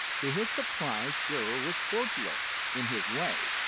to his surprise shearer was cordial in his way.